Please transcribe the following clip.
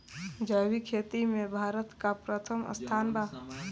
जैविक खेती में भारत का प्रथम स्थान बा